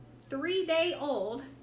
three-day-old